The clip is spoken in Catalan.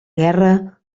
guerra